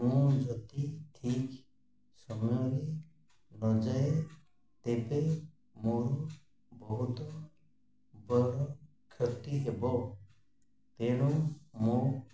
ମୁଁ ଯଦି ଠିକ୍ ସମୟରେ ନଯାଏ ତେବେ ମୋର ବହୁତ ବଡ଼ କ୍ଷତି ହେବ ତେଣୁ ମୁଁ